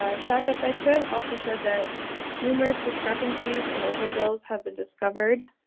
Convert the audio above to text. ah shaka bedgood also said that numerous discrepancies and overbills have been discovered,